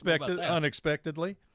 unexpectedly